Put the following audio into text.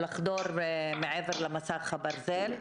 לחדור מבעד למסך הברזל.